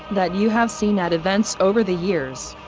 that you have seen at events over the years?